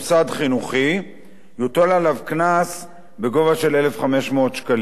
יוטל עליו קנס של 1,500 שקלים.